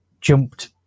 jumped